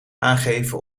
aangeven